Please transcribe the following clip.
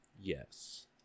Yes